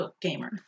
gamer